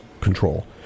control